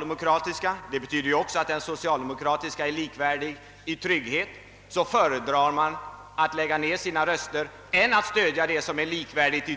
Detta betyder alltså att den socialdemokratiska linjen är likvärdig i trygghet. Men ändå föredrog mittenpartierna att lägga ned sina röster i första kammaren framför möjligheten att stödja det socialdemokratiska